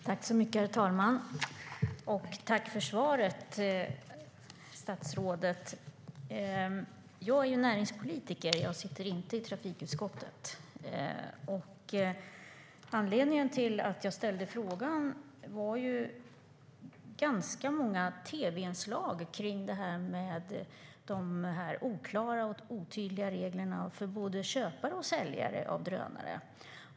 Herr talman! Tack för svaret, statsrådet! Jag är näringspolitiker, och jag sitter inte i trafikutskottet. Anledningen till att jag ställde frågan var ganska många tv-inslag om de oklara och otydliga reglerna för både köpare och säljare av drönare.